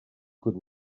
good